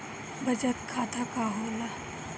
बचत खाता का होला?